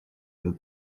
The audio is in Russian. этот